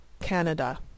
Canada